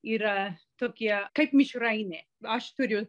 yra tokie kaip mišrainė aš turiu